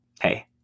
hey